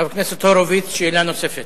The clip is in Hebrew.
חבר הכנסת הורוביץ, שאלה נוספת.